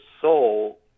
soul